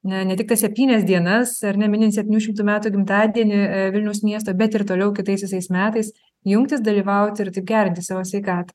ne ne tik tas septynias dienas ar ne minint septynių šimtų metų gimtadienį vilniaus miesto bet ir toliau kitais visais metais jungtis dalyvauti ir tik gerinti savo sveikatą